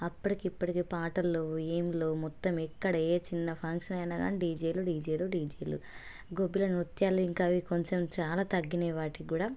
అప్పటికి ఇప్పటికి పాటలు ఏమి లేవు మొత్తం ఎక్కడ ఏ చిన్న ఫంక్షన్ అయినా కానీ డీజేలు డీజేలు డీజేలు గొబ్బిల నృత్యాలు ఇంకా అవి కొంచెం చాలా తగ్గినాయి వాటికి కూడా